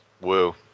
woo